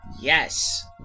Yes